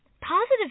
Positive